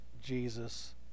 Jesus